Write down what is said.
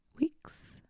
weeks